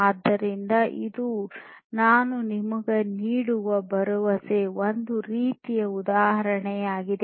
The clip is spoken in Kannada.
ಆದ್ದರಿಂದ ಇದು ನಾನು ನಿಮಗೆ ನೀಡುವ ಒಂದು ಸರಳ ರೀತಿಯ ಉದಾಹರಣೆಯಾಗಿದೆ